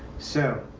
so.